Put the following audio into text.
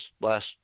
last